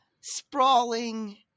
sprawling